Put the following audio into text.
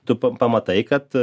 tu pamatai kad